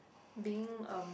being